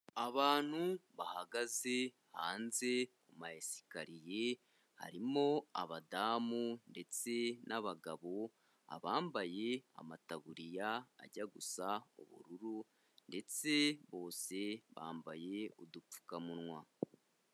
Abantu bahagaze hanze ku mayesikariye, harimo abadamu ndetse n'abagabo; abambaye amataburiya ajya gusa ubururu ndetse bose bambaye udupfukamunwa.